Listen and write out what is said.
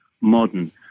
modern